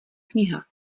kniha